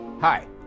Hi